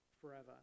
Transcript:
forever